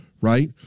Right